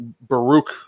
Baruch